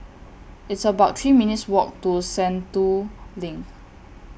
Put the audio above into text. It's about three minutes' Walk to Sentul LINK